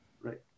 Right